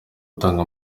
gutanga